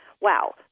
wow